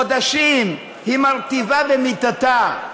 חודשים, מרטיבה במיטתה.